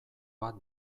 bat